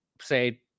say